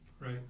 Right